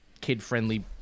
kid-friendly